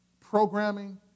programming